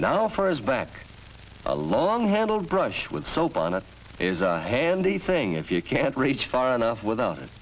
now for his back a long handled brush with soap on it is a handy thing if you can't reach far enough without it